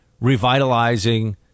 revitalizing